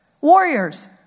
warriors